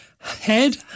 Head